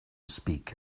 speak